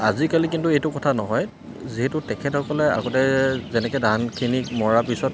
আজিকালি কিন্তু এইটো কথা নহয় যিহেতু তেখেতসকলে আগতে যেনেকৈ ধানখিনিক মৰাৰ পিছত